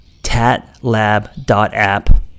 tatlab.app